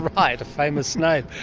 right, a famous name.